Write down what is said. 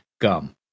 Gum